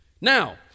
Now